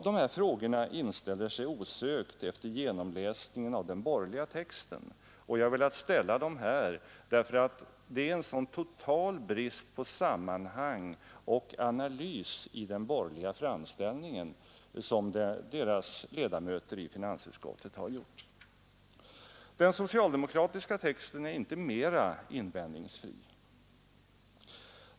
Dessa frågor inställer sig osökt efter genomläsningen av den borgerliga texten, och jag har velat ställa dem här därför att det är en så total brist på sammanhang och analys i de borgerliga utskottsledamöternas framställning. Den socialdemokratiska texten är inte mera invändningsfri.